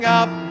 up